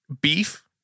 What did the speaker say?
Beef